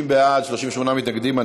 30 בעד, 38 מתנגדים.